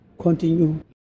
continue